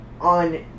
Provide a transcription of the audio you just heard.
on